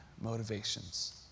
motivations